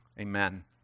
Amen